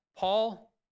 Paul